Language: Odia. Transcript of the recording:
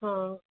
ହଁ